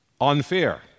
unfair